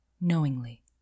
knowingly